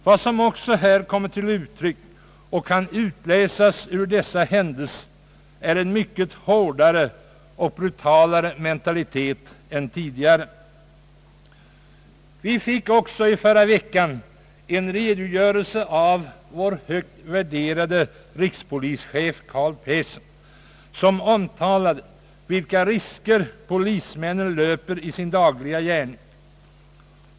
Vad som här även kommer till uttryck och kan utläsas ur dessa händelser är en mycket hårdare och brutalare mentalitet än tidigare. Vi fick i förra veckan en redogörelse av vår högt värderade rikspolischef Carl Persson, som omtalade vilka risker polismännen löper i sin dagliga gärning.